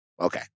okay